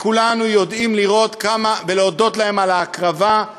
וכולנו יודעים לראות כמה ולהודות להם על ההקרבה,